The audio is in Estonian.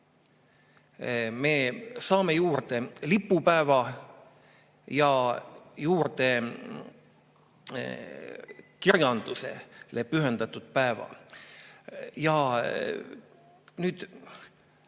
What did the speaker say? Me saame juurde lipupäeva ja kirjandusele pühendatud päeva. See